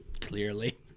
Clearly